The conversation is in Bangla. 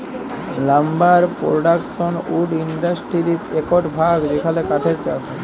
লাম্বার পোরডাকশন উড ইন্ডাসটিরির একট ভাগ যেখালে কাঠের চাষ হয়